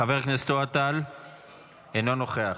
חבר הכנסת אוהד טל אינו נוכח.